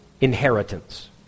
inheritance